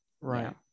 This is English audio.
right